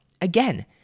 again